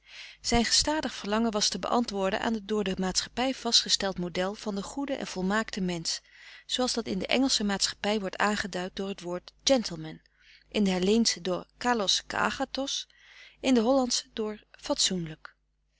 zijn gestadig verlangen was te beantwoorden aan het door de maatschappij vastgesteld model van den goeden en volmaakten mensch zooals dat in de engelsche maatschappij wordt aangeduid door het woord gentleman in de helleensche door kalos kagathos in de hollandsche door fatsoenlijk